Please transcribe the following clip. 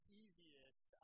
easiest